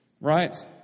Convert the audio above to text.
Right